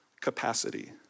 capacity